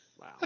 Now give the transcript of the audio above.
Wow